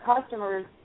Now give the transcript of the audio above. customers